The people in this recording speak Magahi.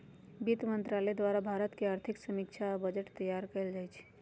वित्त मंत्रालय द्वारे भारत के आर्थिक समीक्षा आ बजट तइयार कएल जाइ छइ